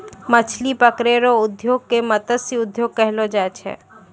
मछली पकड़ै रो उद्योग के मतस्य उद्योग कहलो जाय छै